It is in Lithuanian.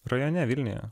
rajone vilniuje